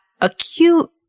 acute